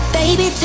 baby